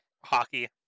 hockey